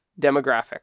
demographic